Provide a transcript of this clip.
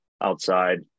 outside